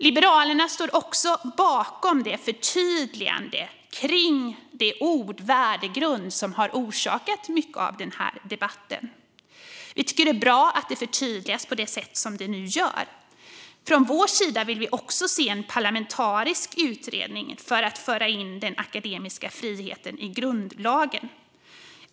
Liberalerna står bakom förtydligandet av det ord - värdegrund - som har orsakat mycket av denna debatt. Vi tycker att det är bra att det förtydligas på det sätt som nu görs. Från vår sida vill vi se en parlamentarisk utredning för att föra in den akademiska friheten i grundlagen.